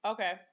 Okay